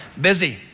busy